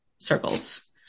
Circles